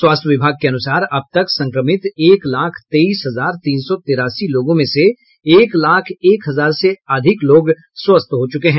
स्वास्थ्य विभाग के अनुसार अब तक संक्रमित एक लाख तेईस हजार तीन सौ तिरासी लोगों में से एक लाख एक हजार से अधिक लोग स्वस्थ हो चुके हैं